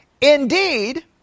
Indeed